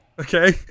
Okay